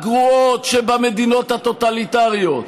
הגרועות שבמדינות הטוטליטריות,